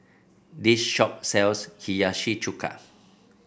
this shop sells Hiyashi Chuka